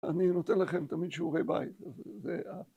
‫אני נותן לכם תמיד שיעורי בית.